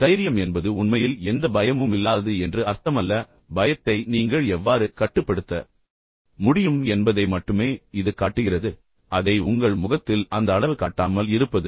தைரியம் என்பது உண்மையில் எந்த பயமும் இல்லாதது என்று அர்த்தமல்ல பயத்தை நீங்கள் எவ்வாறு கட்டுப்படுத்த முடியும் என்பதை மட்டுமே இது காட்டுகிறது அதை உங்கள் முகத்தில் அந்த அளவு காட்டாமல் இருப்பது